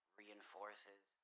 reinforces